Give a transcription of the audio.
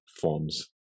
forms